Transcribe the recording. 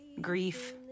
grief